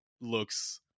looks